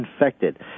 infected